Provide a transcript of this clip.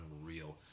unreal